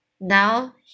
Now